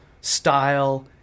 style